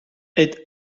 est